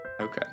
okay